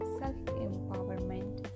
self-empowerment